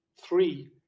three